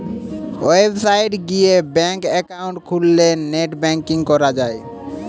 website গিয়ে bank account খুললে net banking করা যায়